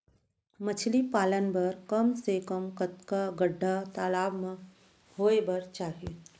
मछली पालन बर कम से कम कतका गड्डा तालाब म होये बर चाही?